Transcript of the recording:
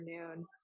afternoon